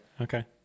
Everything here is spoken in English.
okay